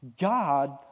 God